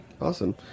Awesome